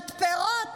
מתפרות,